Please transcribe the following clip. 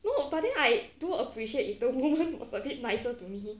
no but then I do appreciate if the woman was a bit nicer to me